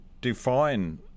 define